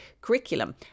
curriculum